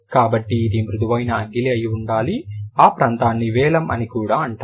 కాబట్టి ఇది మృదువైన అంగిలి అయి ఉండాలి ఆ ప్రాంతాన్ని వేలం అని కూడా అంటారు